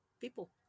people